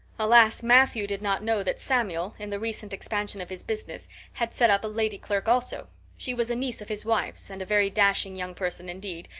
alas! matthew did not know that samuel, in the recent expansion of his business, had set up a lady clerk also she was a niece of his wife's and a very dashing young person indeed,